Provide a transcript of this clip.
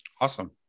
Awesome